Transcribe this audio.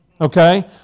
Okay